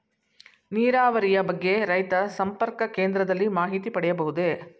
ನೀರಾವರಿಯ ಬಗ್ಗೆ ರೈತ ಸಂಪರ್ಕ ಕೇಂದ್ರದಲ್ಲಿ ಮಾಹಿತಿ ಪಡೆಯಬಹುದೇ?